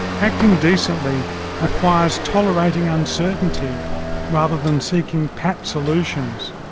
acting decently requires tolerating uncertainty rather than seeking pat solutions,